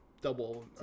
double